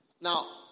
Now